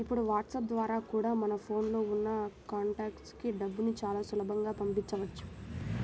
ఇప్పుడు వాట్సాప్ ద్వారా కూడా మన ఫోన్ లో ఉన్న కాంటాక్ట్స్ కి డబ్బుని చాలా సులభంగా పంపించవచ్చు